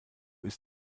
ist